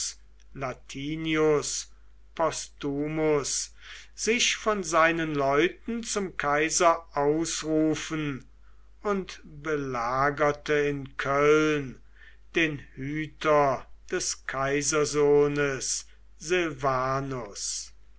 postumus sich von seinen leuten zum kaiser ausrufen und belagerte in köln den hüter des kaisersohnes